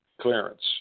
clearance